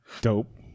Dope